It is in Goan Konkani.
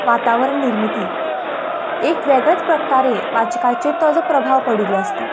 वातावरण निर्मिती एक वेगळेच प्रकारे वाचकाचेर तो जो प्रभाव पडिल्लो आसता